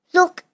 Look